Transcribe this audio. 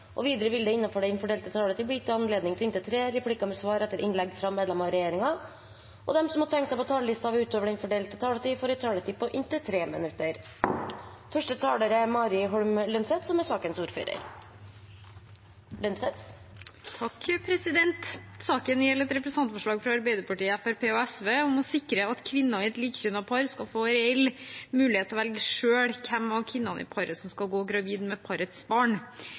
regjeringen. Videre vil det – innenfor den fordelte taletid – bli gitt anledning til inntil tre replikker med svar etter innlegg fra medlemmer av regjeringen, og de som måtte tegne seg på talerlisten utover den fordelte taletid, får også en taletid på inntil 3 minutter. Saken gjelder et representantforslag fra Arbeiderpartiet, Fremskrittspartiet og SV om å sikre at kvinner i et likekjønnet par skal få en reell mulighet til å velge selv hvem av kvinnene i paret som skal gå gravid med parets barn.